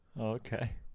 Okay